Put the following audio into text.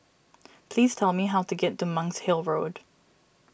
please tell me how to get to Monk's Hill Road